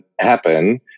happen